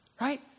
right